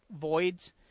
voids